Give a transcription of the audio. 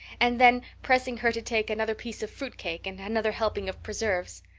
and then pressing her to take another piece of fruit cake and another helping of preserves.